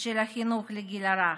של החינוך לגיל הרך?